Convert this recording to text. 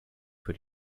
für